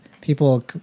people